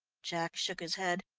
jack shook his head.